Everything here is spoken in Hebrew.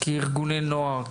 כארגוני נוער,